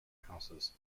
houses